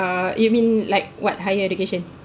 uh you mean like what higher education